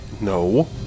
No